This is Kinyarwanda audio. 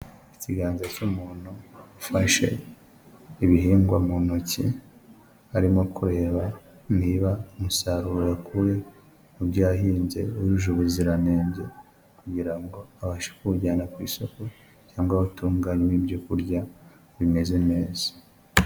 Ikiganza cy'umuntu ufashe ibihingwa mu ntoki, arimo kureba niba umusaruro wakuwe mu byo yahinze wujuje ubuziranenge, kugira ngo abashe kuwujyana ku isoko cyangwa awutunganyemo ibyo kurya bimeze neza.